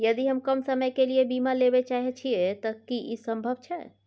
यदि हम कम समय के लेल बीमा लेबे चाहे छिये त की इ संभव छै?